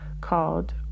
Called